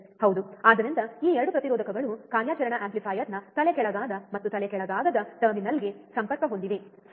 ಹೌದು ಆದ್ದರಿಂದ ಈ 2 ಪ್ರತಿರೋಧಕಗಳು ಕಾರ್ಯಾಚರಣಾ ಆಂಪ್ಲಿಫೈಯರ್ನ ಇನ್ವರ್ಟಿಂಗ್ ಮತ್ತು ನಾನ್ ಇನ್ವರ್ಟಿಂಗ್ ಟರ್ಮಿನಲ್ಗೆ ಸಂಪರ್ಕ ಹೊಂದಿವೆ ಸರಿ